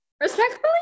respectfully